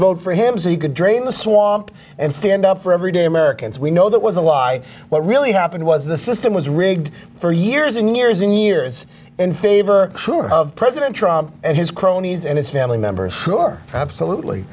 vote for him so you could drain the swamp and stand up for everyday americans we know that was a lie what really happened was the system was rigged for years and years and years in favor sure of president trump and his cronies and his family members who are absolutely